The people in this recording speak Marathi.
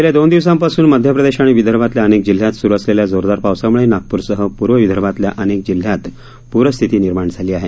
गेल्या दोन दिवसापासून मध्य प्रदेश आणि विदर्भातल्या अनेक जिल्ह्यात सूरु असलेल्या जोरदार पावसामुळे नागपूरसह पूर्व विदर्भातल्या अनेक जिल्हयात पूरस्थिती निर्माण झाली आहे